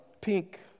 Pink